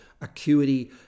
acuity